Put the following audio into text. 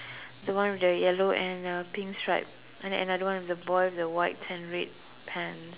the one with the yellow and uh pink stripe and another one the boy with the white and red pants